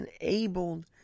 enabled